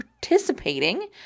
participating